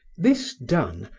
this done,